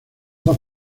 dos